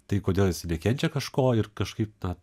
tai kodėl jis nekenčia kažko ir kažkaip na